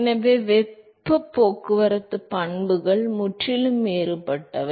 எனவே வெப்ப போக்குவரத்து பண்புகள் முற்றிலும் வேறுபட்டவை